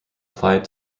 applied